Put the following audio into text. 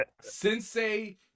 Sensei